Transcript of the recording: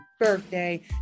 birthday